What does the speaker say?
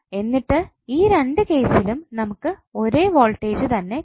എന്നിട്ട് ഈ രണ്ട് കേസിലും നമുക്ക് ഒരേ വോൾടേജ് തന്നെ കിട്ടും